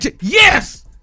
Yes